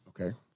Okay